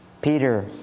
Peter